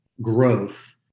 growth